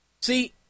See